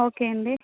okay అండి